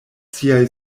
siaj